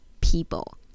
people